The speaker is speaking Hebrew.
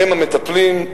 הם המטפלים,